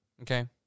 Okay